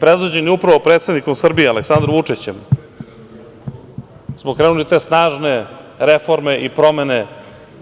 Predvođeni upravo predsednikom Srbije, Aleksandrom Vučićem, smo krenuli te snažne reforme i promene